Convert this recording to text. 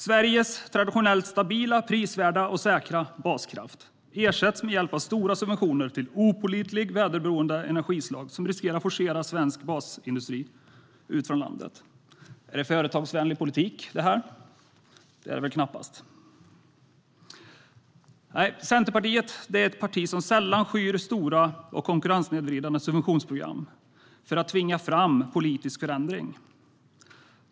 Sveriges traditionellt stabila, prisvärda och säkra baskraft ersätts med hjälp av stora subventioner av opålitliga väderberoende energislag som riskerar att forcera svensk basindustris flytt ut från landet. Är detta en företagsvänlig politik? Det är det knappast. Centerpartiet är ett parti som sällan skyr stora och konkurrenssnedvridande subventionsprogram för att tvinga fram politisk förändring.